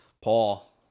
Paul